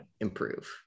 improve